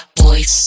boys